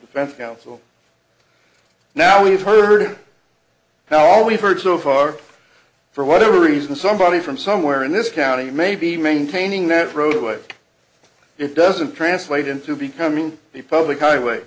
best counsel now we've heard now all we've heard so far for whatever reason somebody from somewhere in this county may be maintaining that roadway it doesn't translate into becoming the public highway